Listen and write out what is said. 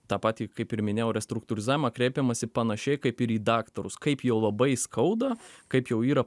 tą patį kaip ir minėjau restruktūrizavimą kreipiamasi panašiai kaip ir į daktarus kaip jau labai skauda kaip jau yra